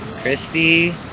Christy